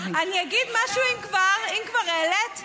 השר אורי אריאל בא לפה עם סנדלים וג'ינס.